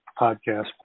podcast